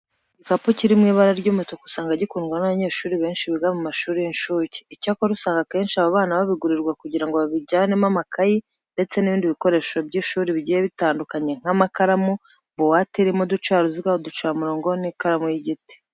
Igikapu kiri mu ibara ry'umutuku usanga gikundwa n'abanyeshuri benshi biga mu mashuri y'incuke. Icyakora usanga akenshi aba bana babigurirwa kugira ngo babijyanemo amakayi ndetse n'ibindi bikoresho by'ishuri bigiye bitandukanye nk'amakaramu, buwate irimo uducaruziga, uducamurongo n'ikaramu y'igiti.